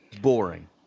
boring